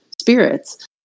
spirits